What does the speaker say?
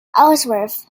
ellsworth